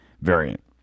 variant